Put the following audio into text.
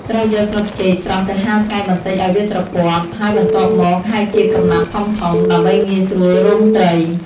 ត្រូវយកស្លឹកចេកស្រស់ទៅហាលថ្ងៃបន្តិចឲ្យវាស្រពាប់ ហើយបន្ទាប់មកហែកជាកំណាត់ធំៗ ដើម្បីងាយស្រួលរុំត្រី។